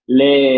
le